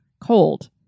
cold